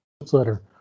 newsletter